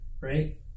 right